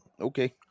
okay